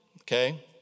okay